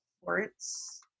sports